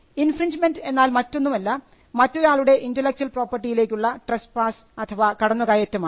infringement എന്നാൽ മറ്റൊന്നുമല്ല മറ്റൊരാളുടെ ഇൻ്റലെക്ച്വൽ പ്രോപ്പർട്ടി യിലേക്കുള്ള ട്രസ്പാസ് അഥവാ കടന്നുകയറ്റം ആണ്